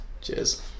Cheers